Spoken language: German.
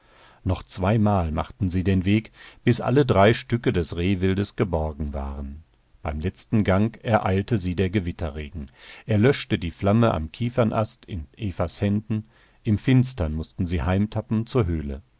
noch zweimal machten sie den weg bis alle drei stücke des rehwildes geborgen waren beim letzten gang ereilte sie der gewitterregen er löschte die flamme am kiefernast in evas händen im finstern mußten sie heimtappen zur höhle